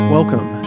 Welcome